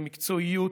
למקצועיות,